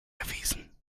erwiesen